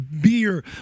beer